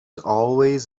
always